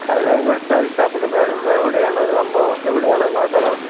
അത് നിങ്ങളുടെ തയ്യൽ ഷോപ്പിന്റെ പേരെന്താണ് എവിടെയാണ് സംഭവം എവിടെയാണ് നിങ്ങളുടെ സ്ഥലം